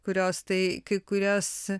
kurios tai kai kurias